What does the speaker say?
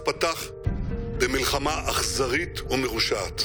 12:48 ונתחדשה בשעה 20:00.)